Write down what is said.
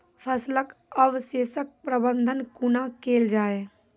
फसलक अवशेषक प्रबंधन कूना केल जाये?